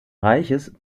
reiches